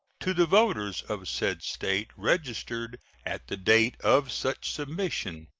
to the voters of said state registered at the date of such submission,